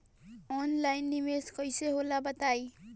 Online निवेस कइसे होला बताईं?